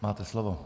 Máte slovo.